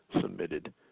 submitted